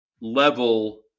level